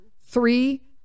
three